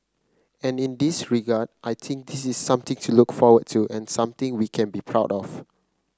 and in this regard I think this is something to look forward to and something we can be proud of